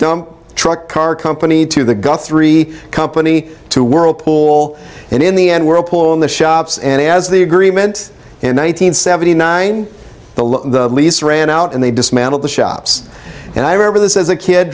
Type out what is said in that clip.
dump truck car company to the guthrie company to whirlpool and in the end whirlpool in the shops and as the agreement in one nine hundred seventy nine the lease ran out and they dismantled the shops and i remember this as a kid